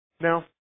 Now